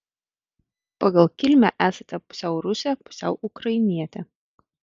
pagal kilmę esate pusiau rusė pusiau ukrainietė